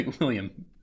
William